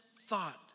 thought